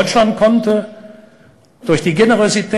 אצלנו באירופה,